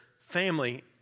family